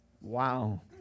Wow